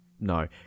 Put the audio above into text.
No